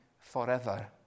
forever